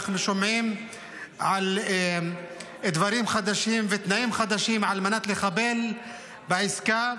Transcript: אנחנו שומעים על דברים חדשים ותנאים חדשים על מנת לחבל בעסקה,